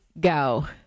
go